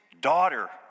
daughter